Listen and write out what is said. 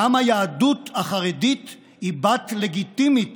גם היהדות החרדית היא בת לגיטימית